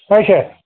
اَچھا